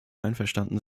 einverstanden